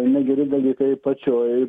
negeri dalykai pačioj